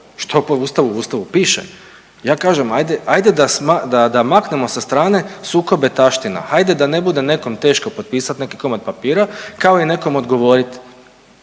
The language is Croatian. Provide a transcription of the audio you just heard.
što po Ustavu u Ustavu piše, ja kažem ajde da maknemo sa strane sukobe taština, hajde da ne bude nekom teško potpisat neki komad papira kao i nekom odgovorit.